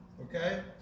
okay